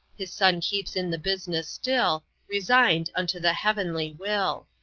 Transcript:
his son keeps in the business still resigned unto the heavenly will.